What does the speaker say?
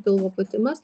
pilvo pūtimas